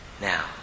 Now